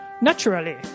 Naturally